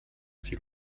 s’il